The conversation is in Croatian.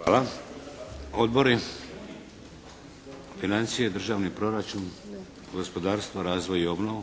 Hvala. Odbori? Financije i državni proračun? Gospodarstvo, razvoj i obnovu?